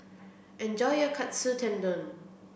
enjoy your Katsu Tendon